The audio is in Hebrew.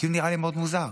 נראה לי מאוד מוזר.